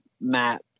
Matt